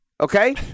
Okay